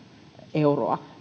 euroa